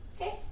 Okay